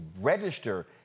register